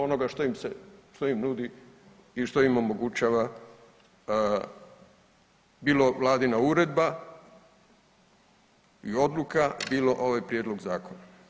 Onoga što im se, što im nudi i što im omogućava, bilo Vladina uredba i odluka, bilo ovaj Prijedlog zakona.